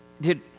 dude